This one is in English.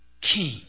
king